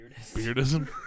Beardism